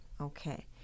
Okay